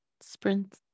Sprint